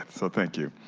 so thank you.